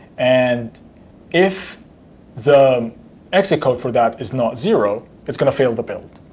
and if the exit code for that is not zero, it's going to fail the build.